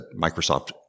Microsoft